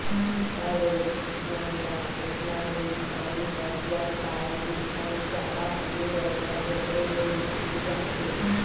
गाय गरु मन ल कोटना ले ही पानी पसिया पायए के संग चारा पानी बरोबर ओखरे ले ही देय जाथे